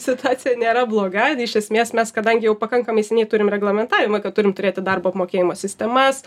situacija nėra bloga iš esmės mes kadangi jau pakankamai seniai turim reglamentavimą kad turim turėti darbo apmokėjimo sistemas